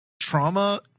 trauma